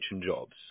jobs